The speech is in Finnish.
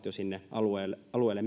jo sinne alueelle alueelle